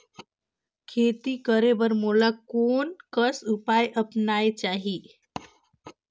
खेती करे बर मोला कोन कस उपाय अपनाये चाही?